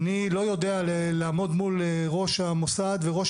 אני לא יודע לעמוד מול ראש המוסד ומראש